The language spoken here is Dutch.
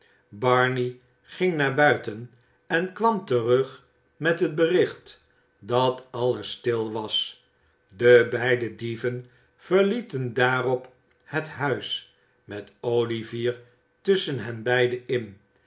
barney ging naar buiten en kwam terug met het bericht dat alles stil was de beide dieven verlieten daarop het huis met olivier tusschen hen beiden in